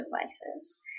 devices